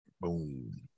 boom